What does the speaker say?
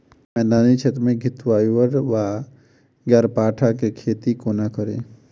मैदानी क्षेत्र मे घृतक्वाइर वा ग्यारपाठा केँ खेती कोना कड़ी?